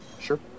Sure